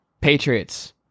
Patriots